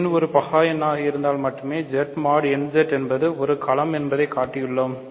n ஒரு பகா எண்ணாக இருந்தால் மட்டுமே Z mod nZ என்பது ஒரு களம் என்பதைக் காட்டியுள்ளோம்